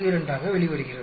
42 ஆக வெளிவருகிறது